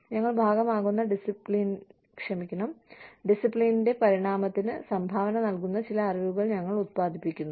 ഞങ്ങൾ ഭാഗമാകുന്ന ഡിസിപ്ലിനിന്റെ പരിണാമത്തിന് സംഭാവന നൽകുന്ന ചില അറിവുകൾ ഞങ്ങൾ ഉത്പാദിപ്പിക്കുന്നു